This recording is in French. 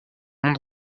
monde